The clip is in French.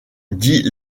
dit